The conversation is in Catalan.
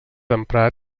emprat